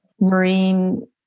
marine